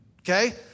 okay